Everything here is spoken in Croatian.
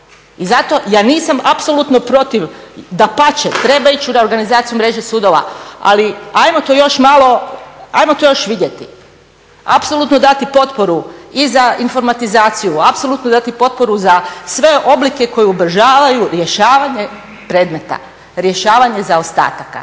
I zato ja nisam apsolutno protiv. Dapače, treba ići u reorganizaciju mreže sudova. Ali hajmo to još malo, hajmo to još vidjeti. Apsolutno dati potporu i za informatizaciju, apsolutno dati potporu za sve oblike koji ubrzavaju rješavanje predmeta, rješavanje zaostataka.